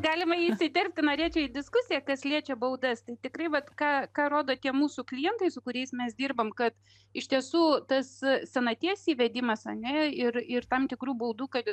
galima įsiterpti norėčiau į diskusiją kas liečia baudas tai tikrai vat ką ką rodo tie mūsų klientai su kuriais mes dirbam kad iš tiesų tas senaties įvedimas ane ir ir tam tikru baudu kad ir